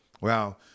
Wow